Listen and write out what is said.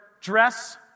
dress